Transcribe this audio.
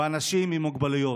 באנשים עם מוגבלויות.